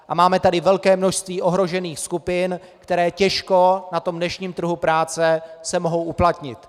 A máme tady velké množství ohrožených skupin, které se těžko na dnešním trhu práce mohou uplatnit.